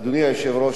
אדוני היושב-ראש,